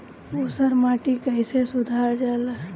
ऊसर माटी कईसे सुधार जाला?